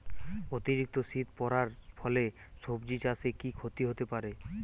অতিরিক্ত শীত পরার ফলে সবজি চাষে কি ক্ষতি হতে পারে?